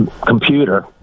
computer